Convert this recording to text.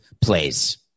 plays